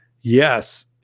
yes